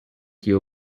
you